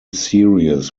series